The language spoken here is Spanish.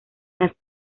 las